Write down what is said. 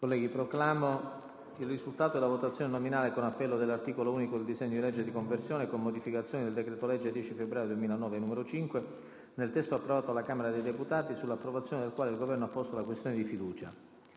voti).* Proclamo il risultato della votazione nominale con appello dell'articolo unico del disegno di legge n. 1503, di conversione in legge, con modificazioni, del decreto-legge 10 febbraio 2009, n. 5, nel testo approvato dalla Camera dei deputati, sul quale il Governo ha posto la questione di fiducia.